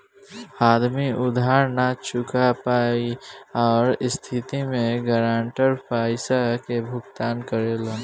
आदमी उधार ना चूका पायी ओह स्थिति में गारंटर पइसा के भुगतान करेलन